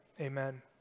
amen